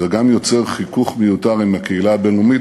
זה גם יוצר חיכוך מיותר עם הקהילה הבין-לאומית